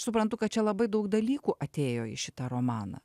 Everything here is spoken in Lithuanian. suprantu kad čia labai daug dalykų atėjo į šitą romaną